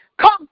come